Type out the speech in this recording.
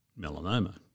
melanoma